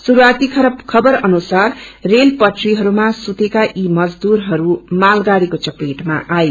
श्रुसआती खबर अनुसार रेल पटरिहरूमासुतेका यी मजदुरहरू मालगाड़ीको चपेटमा आए